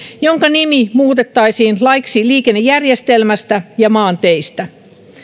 jonka nimi muutettaisiin laiksi liikennejärjestelmästä ja maanteistä